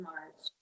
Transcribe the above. March